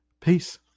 peace